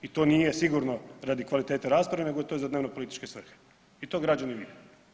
I to nije sigurno radi kvalitete rasprave nego to je za dnevnopolitičke svrhe i to građani vide.